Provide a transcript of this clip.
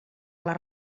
les